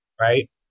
right